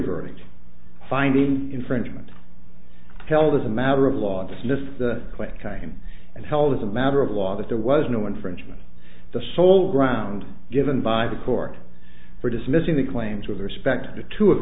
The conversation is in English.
verdict finding infringement held as a matter of law dismissed the clinic i am and held as a matter of law that there was no infringement the sole ground given by the court for dismissing the claims with respect to two of